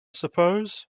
suppose